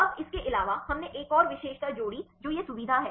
अब इसके अलावा हमने एक और विशेषता जोड़ी जो यह सुविधा है